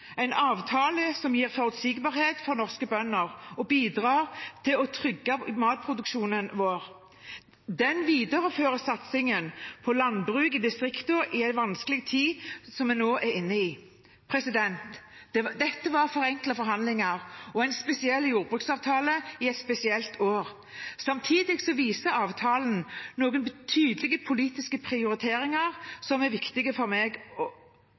en avtale som gir forutsigbarhet for norske bønder og bidrar til å trygge matproduksjonen vår. Den viderefører satsingen på landbruk i distriktene i den vanskelige tiden som vi nå er inne i. Dette var forenklede forhandlinger og en spesiell jordbruksavtale i et spesielt år. Samtidig viser avtalen noen tydelige politiske prioriteringer som er viktige for meg